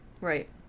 Right